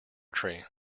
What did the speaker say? tree